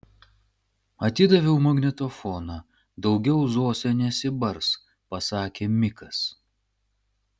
atidaviau magnetofoną daugiau zosė nesibars pasakė mikas